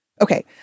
Okay